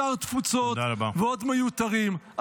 שר תפוצות ועוד מיותרים.